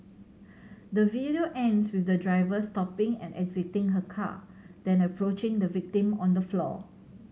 the video ends with the driver stopping and exiting her car then approaching the victim on the floor